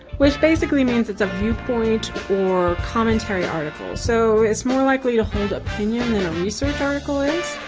which, basically, means it's a viewpoint or commentary article so it's more likely a hold opinion than a research article is,